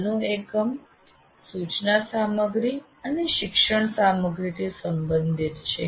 હાલનું એકમ સૂચના સામગ્રી અને શિક્ષણ સામગ્રીથી સંબંધિત છે